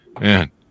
man